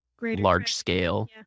large-scale